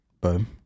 boom